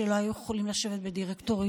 שלא היו יכולים לשבת בדירקטוריונים.